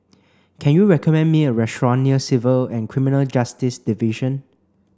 can you recommend me a restaurant near Civil and Criminal Justice Division